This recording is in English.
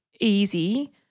easy